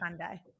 Sunday